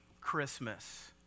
Christmas